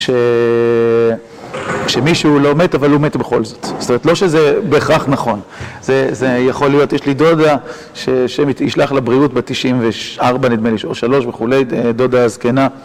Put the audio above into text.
כשמישהו לא מת אבל הוא מת בכל זאת, זאת אומרת לא שזה בהכרח נכון, זה, זה יכול להיות, יש לי דודה שהשם ישלח לה בריאות בת תשעים וארבע נדמה לי, או שלוש וכולי, דודה זקנה.